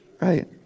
Right